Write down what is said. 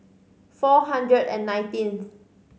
four hundred and nineteenth